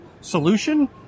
solution